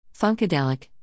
Funkadelic